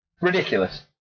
Ridiculous